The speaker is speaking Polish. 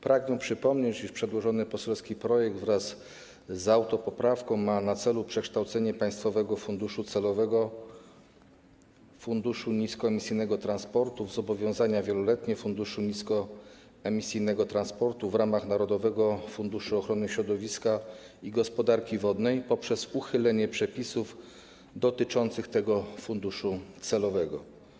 Pragnę przypomnieć, iż przedłożony poselski projekt wraz z autopoprawką ma na celu przekształcenie państwowego funduszu celowego Funduszu Niskoemisyjnego Transportu w zobowiązanie wieloletnie Funduszu Niskoemisyjnego Transportu w ramach Narodowego Funduszu Ochrony Środowiska i Gospodarki Wodnej poprzez uchylenie przepisów dotyczących tego funduszu celowego.